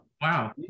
Wow